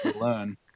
learn